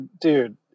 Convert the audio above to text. Dude